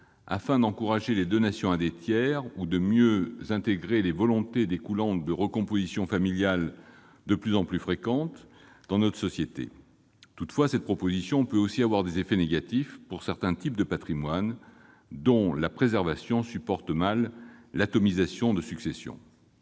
: encourager les donations à des tiers ou mieux prendre en compte les volontés découlant de recompositions familiales de plus en plus fréquentes dans notre société. Toutefois, elle peut aussi avoir des effets négatifs pour certains types de patrimoine, dont la préservation supporte mal l'atomisation des successions.